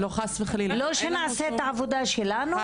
לא שנעשה את העבודה שלנו?